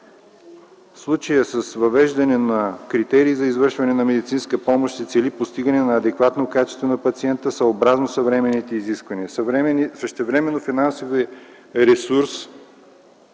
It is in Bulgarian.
случая с въвеждане на критерии за извършване на медицинска помощ се цели постигане на адекватно качество за пациента съобразно съвременните изисквания. Същевременно финансовият ресурс